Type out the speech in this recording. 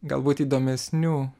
galbūt įdomesnių